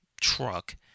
truck